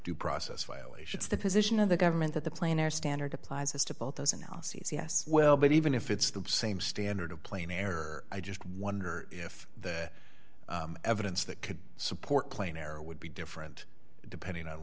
due process violations the position of the government that the plane or standard applies to both those analyses yes well but even if it's the same standard of plane error i just wonder if the evidence that could support plane air would be different depending on